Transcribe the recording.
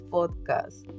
Podcast